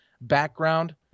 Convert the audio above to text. background